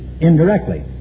indirectly